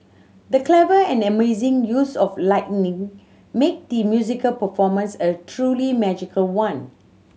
the clever and amazing use of lighting made the musical performance a truly magical one